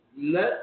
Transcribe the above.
Let